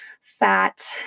fat